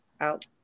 out